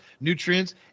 nutrients